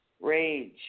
rage